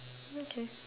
okay